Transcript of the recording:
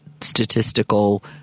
statistical